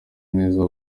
neza